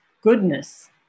goodness